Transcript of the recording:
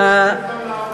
הוא רוצה להוציא אותן לעבודה.